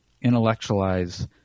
intellectualize